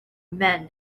men